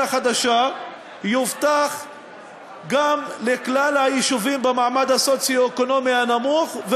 החדשה יובטח לכל היישובים במעמד הסוציו-אקונומי הנמוך.